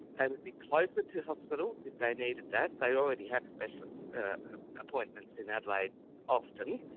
they would be closer to hospitals if they needed that. they already have specialist appointments in adelaide often.